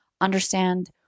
understand